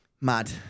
Mad